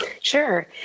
Sure